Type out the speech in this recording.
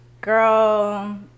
Girl